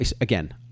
again